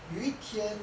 有一天